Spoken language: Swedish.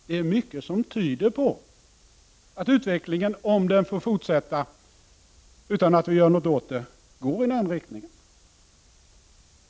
Det är mycket som tyder på att utvecklingen — om den får fortsätta, utan att vi gör något åt den — går iden riktningen.